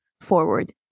forward